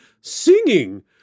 singing